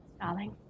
darling